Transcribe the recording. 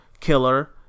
killer